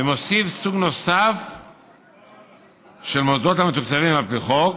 ולהוסיף סוג של מוסדות המתוקצבים על פי חוק,